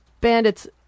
Bandits